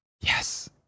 Yes